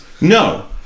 no